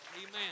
Amen